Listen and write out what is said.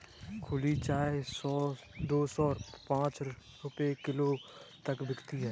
खुली चाय दो सौ से पांच सौ रूपये प्रति किलो तक बिकती है